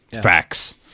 Facts